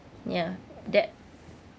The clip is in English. ya that